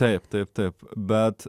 taip taip taip bet